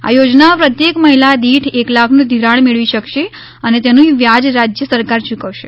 આ યોજના પ્રત્યેક મહિલા દીઠ એક લાખનું ધિરાણ મેળવી શકશે અને તેનું વ્યાજ રાજય સરકાર યૂકવશે